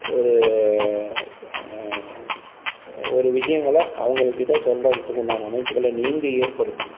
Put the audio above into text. ஒரு ஒரு விஷயங்கள அவங்களுக்கிட்ட சொல்றத்துக்கு உண்டான அமைப்புகளை நீங்கள் ஏற்படுத்துங்க